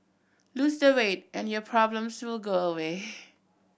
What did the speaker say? lose the weight and your problems will go away